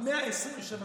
127 מדינה.